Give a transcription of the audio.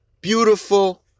beautiful